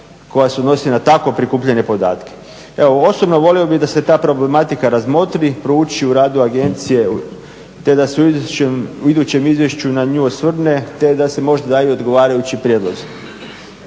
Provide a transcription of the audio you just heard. koja se odnosi na takvo prikupljanje podataka. Evo osobno volio bih da se ta problematika razmotri, prouči u radu agencije te da se u idućem izvješću na nju osvrne te da se možda daju odgovarajući prijedlozi.